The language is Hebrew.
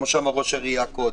כמו שאמר ראש העירייה קודם,